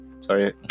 sorry